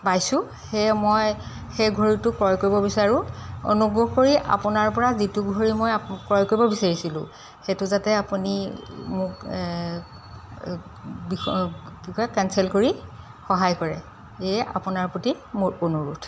পাইছোঁ সেয়ে মই সেই ঘড়ীটো ক্ৰয় কৰিব বিচাৰোঁ অনুগ্ৰহ কৰি আপোনাৰ পৰা যিটো ঘড়ী মই ক্ৰয় কৰিব বিচাৰিছিলোঁ সেইটো যাতে আপুনি মোক কি কয় কেনচেল কৰি সহায় কৰে সেয়ে আপোনাৰ প্ৰতি মোৰ অনুৰোধ